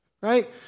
right